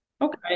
Okay